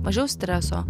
mažiau streso